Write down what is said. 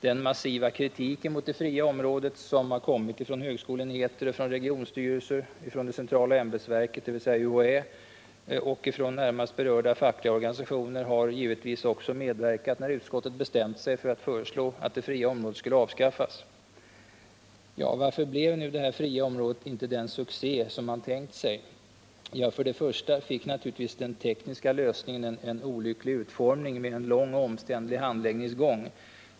Den massiva kritiken mot det fria området som har kommit från högskoleenheter, regionstyrelser, det centrala ämbetsverket, dvs. UHÄ, och från de närmast berörda fackliga organisationerna har givetvis också medverkat, när utskottet bestämt sig för att föreslå att det fria området skulle avskaffas. Varför blev nu inte det fria området den succé man tänkt sig? Ja, för det första fick naturligtvis den tekniska lösningen en olycklig utformning med en lång och omständlig handläggningsgång.